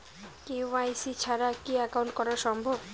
KYC ছাড়া কি account করা সম্ভব?